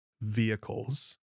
vehicles